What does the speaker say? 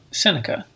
seneca